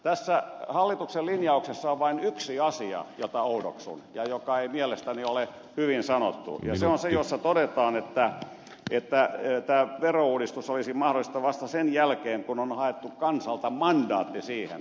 tässä hallituksen linjauksessa on vain yksi asia jota oudoksun ja joka ei mielestäni ole hyvin sanottu ja se on se jossa todetaan että tämä verouudistus olisi mahdollista vasta sen jälkeen kun on haettu kansalta mandaatti siihen